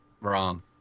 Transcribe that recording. Wrong